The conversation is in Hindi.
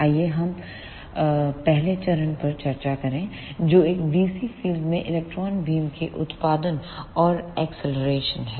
आइए हम पहले चरण पर चर्चा करें जो एकDC फील्ड में इलेक्ट्रॉन बीम की उत्पादन और एक्सलरेशन है